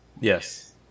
yes